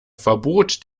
verbot